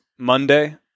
Monday